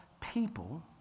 people